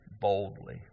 boldly